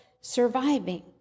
surviving